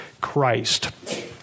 Christ